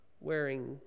wearing